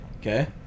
Okay